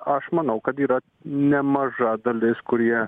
aš manau kad yra nemaža dalis kurie